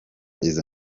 izo